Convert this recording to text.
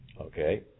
Okay